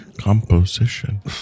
composition